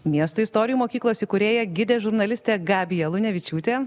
miesto istorijų mokyklos įkūrėja gidė žurnalistė gabija lunevičiūtė